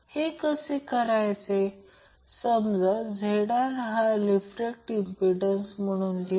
येथे फक्त मग्नित्यूड लिहिले आहे हे प्रत्यक्षात आहे जर मी ते बार बनवावे येथे 1256V घेतले